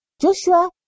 Joshua